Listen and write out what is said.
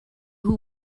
who